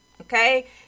Okay